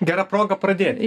gera proga pradėti